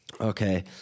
okay